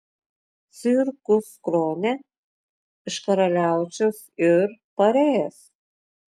cirkus krone iš karaliaučiaus yr parėjęs